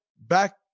back